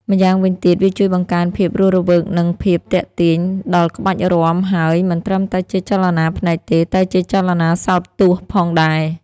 ម្យ៉ាងវិញទៀតវាជួយបង្កើនភាពរស់រវើកនិងភាពទាក់ទាញ ដល់ក្បាច់រាំហើយមិនត្រឹមតែជាចលនាភ្នែកទេ តែជាចលនាសោតទស្សន៍ផងដែរ។